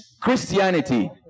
Christianity